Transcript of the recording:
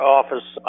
office